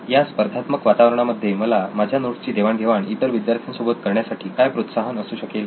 या स्पर्धात्मक वातावरणामध्ये मला माझ्या नोट्सची देवाण घेवाण इतर विद्यार्थ्यांसोबत करण्यासाठी काय प्रोत्साहन असू शकेल